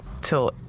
till